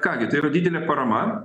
ką gi tai yra didelė parama